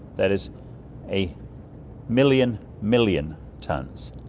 that is a million million tonnes.